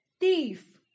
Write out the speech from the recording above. Thief